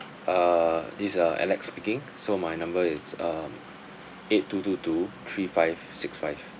uh this is uh alex speaking so my number is um eight two two two three five six five